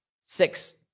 six